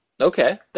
Okay